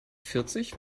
vierzig